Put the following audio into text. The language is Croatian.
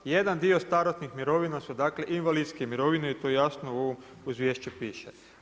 Jedan dio starosnih mirovina su dakle invalidske mirovine i to jasno u ovom izvješću piše.